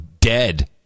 dead